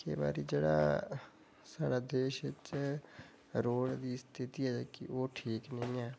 केईं बारी जेह्ड़ा साढ़े देश च रोड़ दी स्थिति ऐ जेह्की ओह् ठीक नेईं ऐ